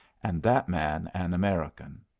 and that man an american.